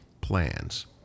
plans